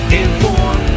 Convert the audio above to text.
inform